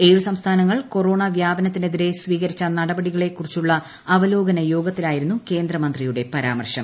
ഏഴ് സംസ്ഥാനങ്ങൾ കൊറോണ വ്യാപനത്തിനെതിരെ സ്വീകരിച്ച നടപടികളെക്കുറിച്ചുള്ള അവലോകന യോഗത്തിലായിരുന്നു ്കേന്ദ്രമന്ത്രിയുടെ പരാമർശം